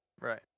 Right